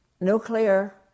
nuclear